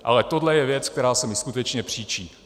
Ale tohle je věc, která se mi skutečně příčí.